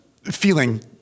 feeling